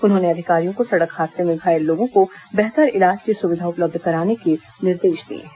उन्होंने अधिकारियों को सड़क हादसे में घायल लोगों को बेहतर इलाज की सुविधा उपलब्ध कराने के निर्देश दिए हैं